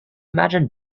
imagine